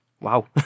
wow